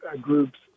groups